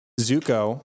Zuko